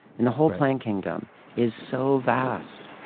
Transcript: and the whole plant kingdom is so vast,